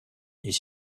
est